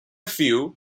few